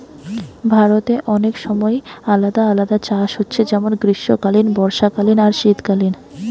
ভারতে অনেক সময় আলাদা আলাদা চাষ হচ্ছে যেমন গ্রীষ্মকালীন, বর্ষাকালীন আর শীতকালীন